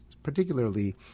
Particularly